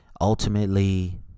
Ultimately